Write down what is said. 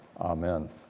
amen